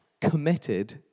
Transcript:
committed